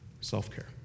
self-care